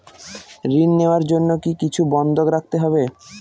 ঋণ নেওয়ার জন্য কি কিছু বন্ধক রাখতে হবে?